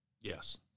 Yes